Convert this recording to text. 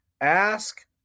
ask